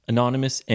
Anonymous